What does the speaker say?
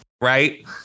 Right